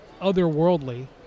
otherworldly